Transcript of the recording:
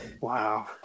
wow